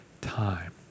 time